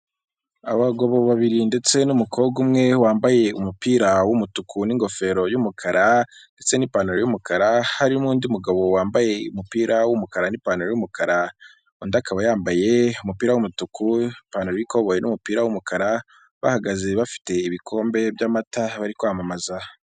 Abagabo babiri ndetse n'umukobwa umwe wambaye umupira w'umutuku n'ingofero y'umukara ndetse n'ipantaro y'umukara, hari n'undi mugabo wambaye umupira w'umukara n'ipantaro y'umukara, undi akaba yambaye umupira w'umutuku, ipantaro y'ikoboyi n'umupira w'umukara bahagaze bafite ibikombe by'amata bari kwamamaza.